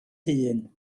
hun